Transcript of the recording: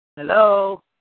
Hello